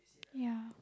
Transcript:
ya